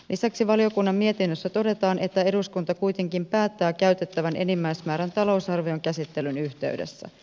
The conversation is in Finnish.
lisäksi valiokunnan mietinnössä todetaan että eduskunta kuitenkin päättää käytettävän enimmäismäärän talousarvion käsittelyn yhteydessä